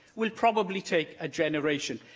will probably take a generation,